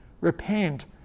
repent